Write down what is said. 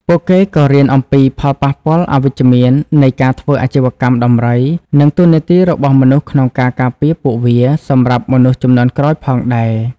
ពួកគេក៏រៀនអំពី ផលប៉ះពាល់អវិជ្ជមាននៃការធ្វើអាជីវកម្មដំរី និង តួនាទីរបស់មនុស្សក្នុងការការពារពួកវា សម្រាប់មនុស្សជំនាន់ក្រោយផងដែរ។